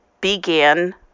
began